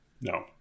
No